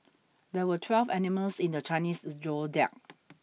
there were twelve animals in the Chinese zodiac